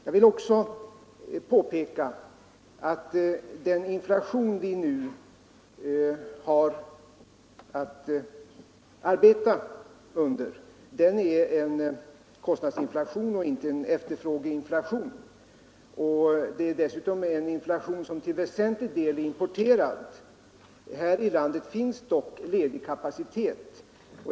Jag vill också påpeka att den inflation vi nu har att arbeta under är en kostnadsinflation och inte en efterfrågeinflation. Det är dessutom en inflation som till väsentlig del är importerad. Här i landet finns dock ledig kapacitet.